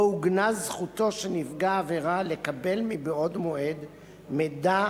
שבו עוגנה זכותו של נפגע עבירה לקבל בעוד מועד מידע